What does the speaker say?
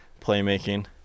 playmaking